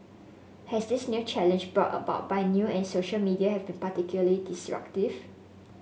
has this new challenge brought about by new and social media have been particularly disruptive